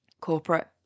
corporate